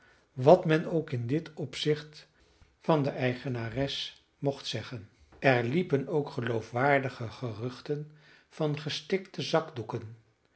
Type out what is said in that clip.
wat men ook in dit opzicht van de eigenares mocht zeggen er liepen ook geloofwaardige geruchten van gestikte zakdoeken